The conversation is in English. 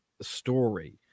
story